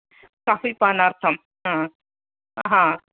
coffee पानार्थं